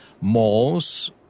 malls